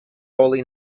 holy